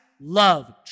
love